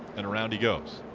and around he goes.